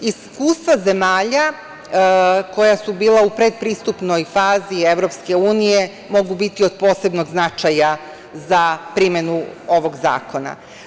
Iskustva zemalja koja su bila u predpristupnoj fazi EU mogu biti od posebnog značaja za primenu ovog zakona.